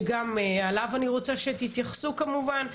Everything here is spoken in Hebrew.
שגם עליו אני רוצה שתתייחסו כמובן,